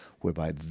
whereby